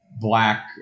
black